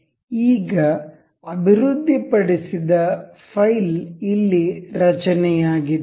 ಈಗ ಅಭಿವೃದ್ಧಿಪಡಿಸಿದ ಫೈಲ್ ಇಲ್ಲಿ ರಚನೆಯಾಗಿದೆ